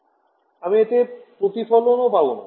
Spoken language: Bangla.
আমি θ 0 তে 0 প্রতিফলন ও পাবো না